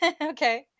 Okay